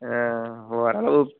ஆ ஓரளவு